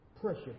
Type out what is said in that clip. pressure